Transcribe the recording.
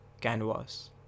canvas